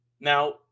Now